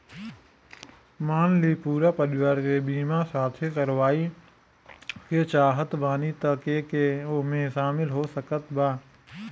मान ली पूरा परिवार के बीमाँ साथे करवाए के चाहत बानी त के के ओमे शामिल हो सकत बा?